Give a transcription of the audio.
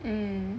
mm